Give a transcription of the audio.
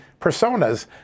personas